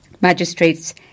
Magistrates